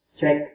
check